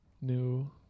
new